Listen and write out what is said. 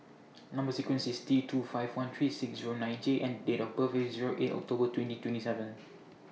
Number sequence IS T two five one three six Zero nine J and Date of birth IS Zero eight October twenty twenty seven